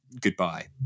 Goodbye